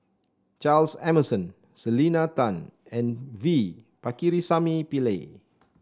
Charles Emmerson Selena Tan and V Pakirisamy Pillai